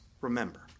remember